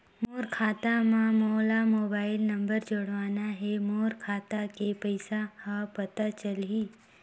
मोर खाता मां मोला मोबाइल नंबर जोड़वाना हे मोर खाता के पइसा ह पता चलाही?